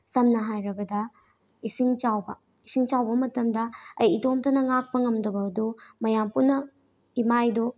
ꯁꯝꯅ ꯍꯥꯏꯔꯕꯗ ꯏꯁꯤꯡ ꯆꯥꯎꯕ ꯏꯁꯤꯡ ꯆꯥꯎꯕ ꯃꯇꯝꯗ ꯑꯩ ꯏꯇꯣꯝꯇꯅ ꯉꯥꯛꯄ ꯉꯝꯗꯕꯗꯨ ꯃꯌꯥꯝ ꯄꯨꯟꯅ ꯏꯃꯥꯏꯗꯨ